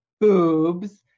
boobs